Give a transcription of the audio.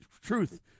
truth